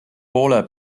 poole